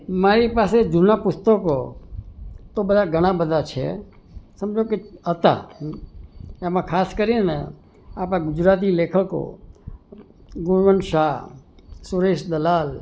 મારી પાસે બધાં જુના પુસ્તકો તો બધાં ઘણાં બધાં છે સમજો કે હતાં એમાં ખાસ કરી ને આપણા ગુજરાતી લેખકો ગુણવંત શાહ સુરેશ દલાલ